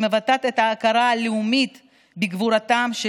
שמבטאת את ההכרה הלאומית בגבורתם של